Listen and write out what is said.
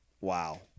wow